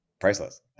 Priceless